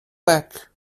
back